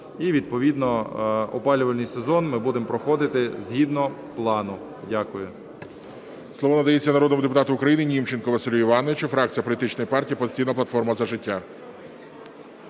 І відповідно опалювальний сезон ми будемо проходити згідно плану. Дякую. ГОЛОВУЮЧИЙ. Слово надається народному депутату України Німченку Василю Івановичу, фракція політичної партії "Опозиційна платформа – За життя".